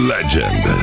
Legend